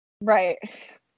Right